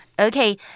Okay